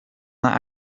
that